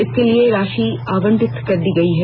इसके लिए राशि आवंटित कर दी गई है